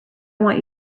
want